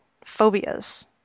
phobias